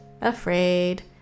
afraid